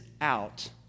out